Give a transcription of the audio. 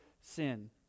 sin